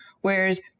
Whereas